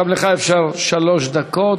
גם לך אאפשר שלוש דקות,